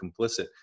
complicit